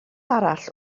arall